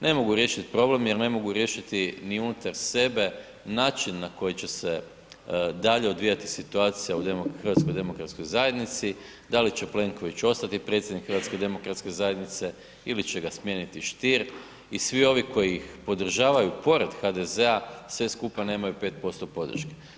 Ne mogu riješiti problem jer ne mogu riješiti ni unutar sebe način na koji će se dalje odvijati situacija u HDZ-u, da li će Plenković ostati predsjednik HDZ-a ili će ga smijeniti Stier i svi oni koji ih podržavaju pored HDZ-a sve skupa nemaju 5% podrške.